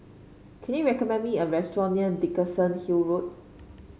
can you recommend me a restaurant near Dickenson Hill Road